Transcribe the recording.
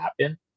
happen